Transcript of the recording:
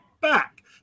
back